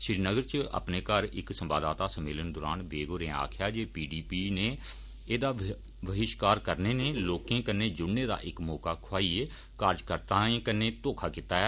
श्रीनगर च अपने घर इक संवाददाता सम्मेलन दौरान बेग होरें आक्खेआ जे पी डी पी नै एहदा बहिष्कार करने नै लोकें कन्नै जुड़ने दा इक मौका खुआइयै कार्जकत्ताएं नै घोखा कीता ऐ